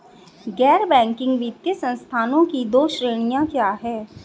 गैर बैंकिंग वित्तीय संस्थानों की दो श्रेणियाँ क्या हैं?